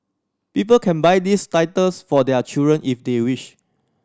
people can buy these titles for their children if they wish